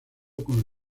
con